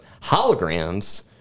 Holograms